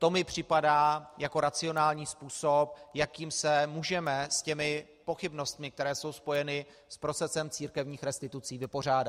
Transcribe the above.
To mi připadá jako racionální způsob, jakým se můžeme s pochybnostmi, které jsou spojeny s procesem církevních restitucí, vypořádat.